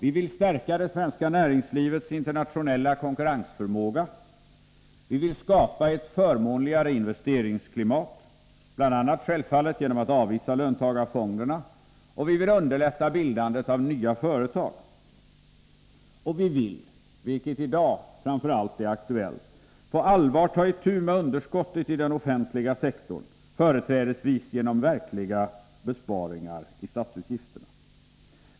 Vi vill stärka det svenska näringslivets internationella konkurrensförmåga, vi vill skapa ett förmånligare investeringsklimat, bl.a. självfallet genom att avvisa löntagarfonderna, och vi vill underlätta bildandet av nya företag. Och vi vill, vilket i dag framför allt är aktuellt, på allvar ta itu med underskottet i den offentliga sektorn, företrädesvis genom verkliga besparingar i statsutgifterna.